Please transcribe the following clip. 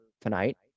tonight